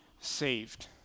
saved